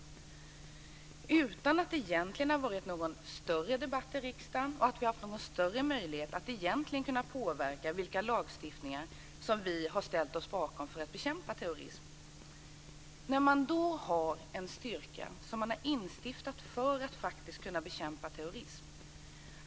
Detta har skett utan att det egentligen har varit någon större debatt i riksdagen eller att vi har haft någon större möjlighet att påverka den lagstiftning vi har ställt oss bakom för att bekämpa terrorism. Man har instiftat en styrka för att kunna bekämpa terrorism.